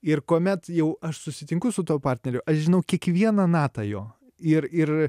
ir kuomet jau aš susitinku su tuo partneriu aš žinau kiekvieną natą jo ir ir